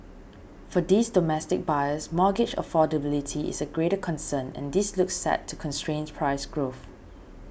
for these domestic buyers mortgage affordability is a greater concern and this looks set to constrain price growth